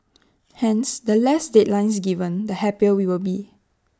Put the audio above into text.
hence the less deadlines given the happier we will be